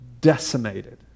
Decimated